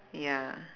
ya